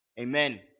Amen